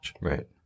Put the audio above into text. Right